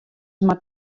mar